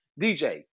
DJ